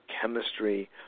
chemistry